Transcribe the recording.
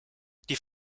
die